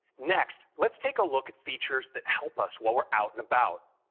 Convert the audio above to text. next, let's take a look at features that help us while we're out and about.